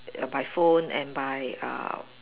uh by phone and by uh